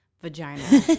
vagina